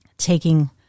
taking